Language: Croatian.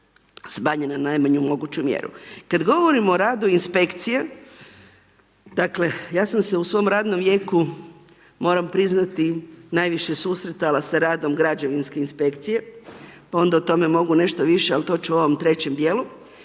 smanjeno na najmanju moguću mjeru. Kad govorimo o radu inspekcije, dakle, ja sam se u svom radnom vijeku moram priznati najviše susretala sa radom građevinske inspekcije, pa onda o tome mogu nešto više, al to ću u ovom trećem dijelu,